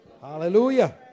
Hallelujah